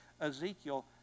Ezekiel